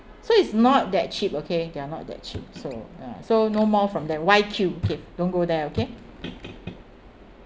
so it's not that cheap okay they're not that cheap so ya so no more from them why Q okay don't go there okay